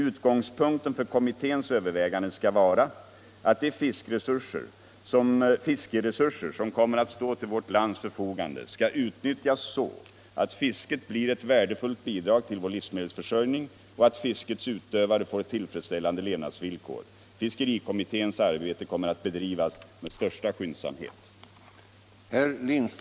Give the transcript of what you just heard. Utgångspunkten för kommitténs överväganden skall vara att de fiskresurser som kommer att stå till vårt lands förfogande skall utnyttjas så att fisket blir ett värdefullt bidrag till vår livsmedelsförsörjning och att fiskets utövare får tillfredsställande levnadsvillkor. Fiskerikommitténs arbete kommer att bedrivas med största skyndsamhet.